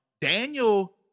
Daniel